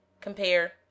Compare